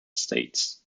states